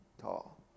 tall